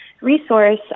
resource